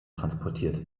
transportiert